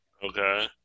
Okay